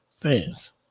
fans